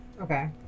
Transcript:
Okay